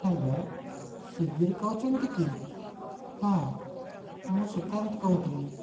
hello ସ୍ଵିଗୀରୁ କହୁଛନ୍ତି କି ହଁ ମୁଁ ସୁକାନ୍ତ କହୁଥିଲି